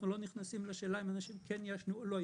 ולא נכנסים לשאלה אם אנשים כן יעשנו או לא.